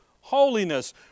holiness